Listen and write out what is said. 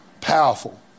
powerful